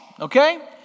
okay